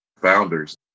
founders